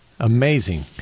Amazing